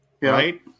Right